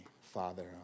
Father